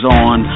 on